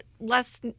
less